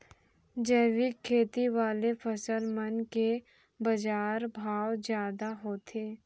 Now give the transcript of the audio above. जैविक खेती वाले फसल मन के बाजार भाव जादा होथे